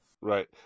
Right